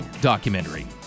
documentary